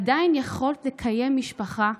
עדיין יכולת לקיים משפחה,